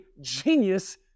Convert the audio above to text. genius